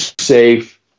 safe